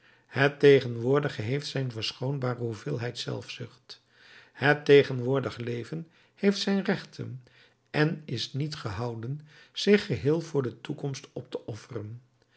het tegenwoordige heeft zijn verschoonbare hoeveelheid zelfzucht het tegenwoordig leven heeft zijn rechten en is niet gehouden zich geheel voor de toekomst op te offeren